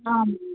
ஆ